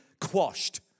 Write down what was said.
quashed